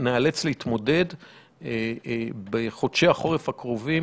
ניאלץ להתמודד בחודשי החורף הקרובים